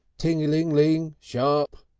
ting-a-ling-a-ling. shop!